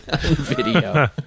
video